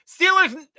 steelers